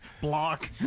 Block